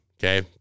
okay